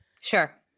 Sure